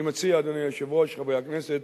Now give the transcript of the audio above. אני מציע, אדוני היושב-ראש, חברי הכנסת,